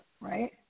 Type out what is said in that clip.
Right